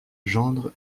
gendre